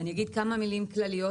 אני אגיד כמה מילים כלליות